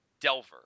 Delver